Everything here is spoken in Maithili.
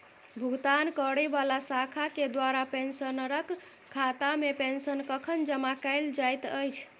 भुगतान करै वला शाखा केँ द्वारा पेंशनरक खातामे पेंशन कखन जमा कैल जाइत अछि